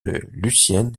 lucienne